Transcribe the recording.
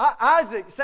Isaac